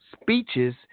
speeches